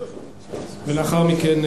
ולאחר מכן,